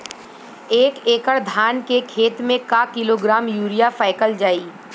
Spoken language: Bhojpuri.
एक एकड़ धान के खेत में क किलोग्राम यूरिया फैकल जाई?